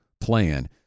plan